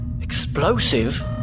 Explosive